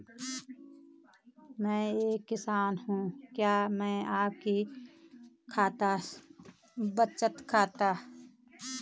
मैं एक किसान हूँ क्या मैं आपकी शाखा में अपना बचत खाता खोल सकती हूँ?